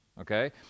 okay